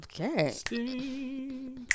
Okay